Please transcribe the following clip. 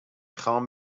خوام